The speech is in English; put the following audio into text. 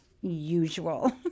usual